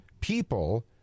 people